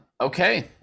okay